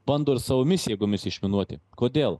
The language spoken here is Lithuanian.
bando ir savomis jėgomis išminuoti kodėl